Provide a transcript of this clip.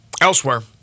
Elsewhere